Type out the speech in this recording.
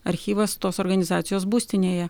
archyvas tos organizacijos būstinėje